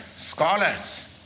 scholars